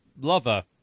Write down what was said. lover